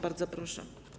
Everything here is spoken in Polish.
Bardzo proszę.